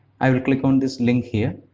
i will click on this link here,